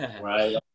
Right